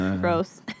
Gross